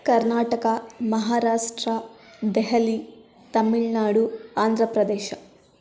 Karnataka Maharashtra Delhi Tamil Nadu Andhra Pradesh